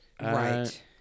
right